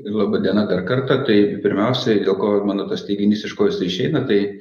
laba diena dar kartą tai pirmiausiai dėkoju mano tas teiginys iš ko jisai išeina tai